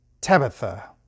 Tabitha